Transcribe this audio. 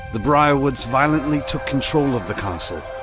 the briarwoods violently took control of the castle,